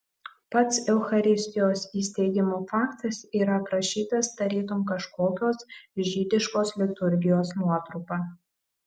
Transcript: pats eucharistijos įsteigimo faktas yra aprašytas tarytum kažkokios žydiškos liturgijos nuotrupa